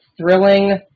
thrilling